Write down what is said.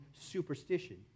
superstition